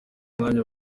mwanya